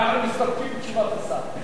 אנחנו מסתפקים בתשובת השר.